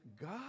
God